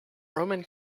roman